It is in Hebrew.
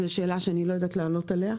זאת שאלה שאני לא יודעת לענות עליה.